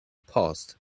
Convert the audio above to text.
passed